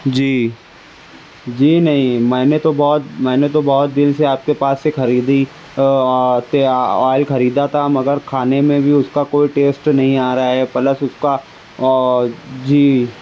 جی جی نہیں میں نے تو بہت میں نے تو بہت دل سے آپ کے پاس سے خریدی آئل خریدا تھا مگر کھانے میں بھی اس کا کوئی ٹیسٹ نہیں آ رہا ہے پلس اس کا جی